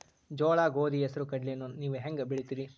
ಜೋಳ, ಗೋಧಿ, ಹೆಸರು, ಕಡ್ಲಿಯನ್ನ ನೇವು ಹೆಂಗ್ ಬೆಳಿತಿರಿ?